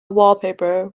wallpaper